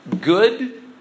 good